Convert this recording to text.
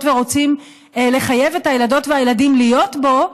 ורוצים לחייב את הילדות והילדים להיות בו,